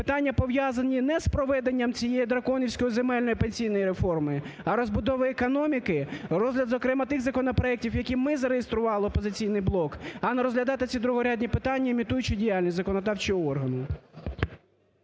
Питання, пов'язані не з проведенням цієї драконівської земельної пенсійної реформи, а розбудови економіки, розгляд зокрема тих законопроектів, які ми зареєстрували, "Опозиційний блок", а не розглядати ці другорядні питання, імітуючи діяльність законодавчого органу.